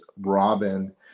Robin